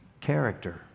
character